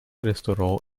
restaurant